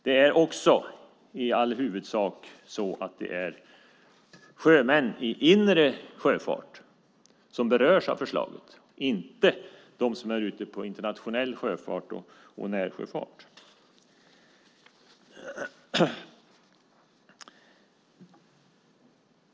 Det är också i all huvudsak sjömän i inre sjöfart som berörs av förslaget, inte de som är ute på internationell sjöfart och närsjöfart.